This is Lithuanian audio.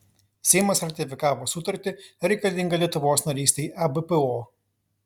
seimas ratifikavo sutartį reikalingą lietuvos narystei ebpo